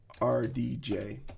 rdj